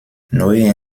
neue